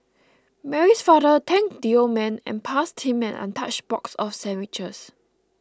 Mary's father thanked the old man and passed him an untouched box of sandwiches